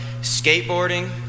skateboarding